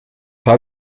habe